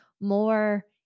more